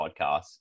podcast